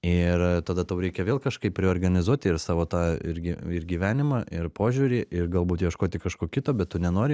ir tada tau reikia vėl kažkaip reorganizuoti ir savo tą irgi ir gyvenimą ir požiūrį ir galbūt ieškoti kažko kito bet tu nenori